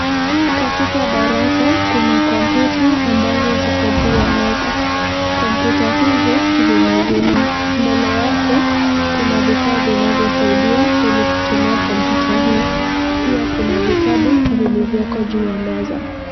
Katika darasa, kuna kompyuta ambazo ziko juu ya meza. Kompyuta hizi zimezimwa. Mbele yake kuna vifaa vinavyosaidia ili kutumia kompyuta hii. Pia kuna vitabu vilivyoko juu ya meza.